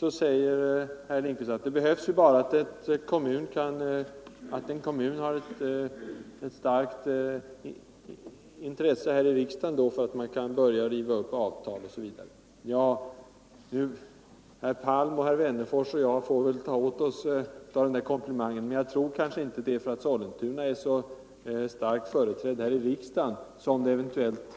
Vidare säger herr Lindkvist: Det behövs bara att en kommun är väl företrädd här i riksdagen för att man skall kunna riva upp avtal i fortsättningen. Herr Palm, herr Wennerfors och jag får väl ta åt oss av den här komplimangen. Men jag tror knappast att det är för att Sollentuna är så starkt företrädd här i riksdagen, som riksdagen eventuellt